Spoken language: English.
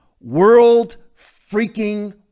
world-freaking